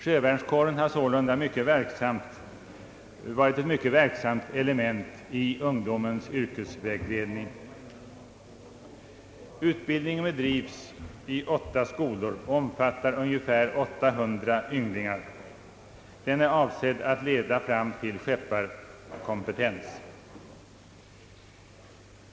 Sjövärnskåren har sålunda varit ett verksamt instrument i yrkesvägledningen. Utbildningen bedrivs i åtta skolor och omfattar ungefär 800 ynglingar. Den är avsedd att leda fram till skepparkompetens.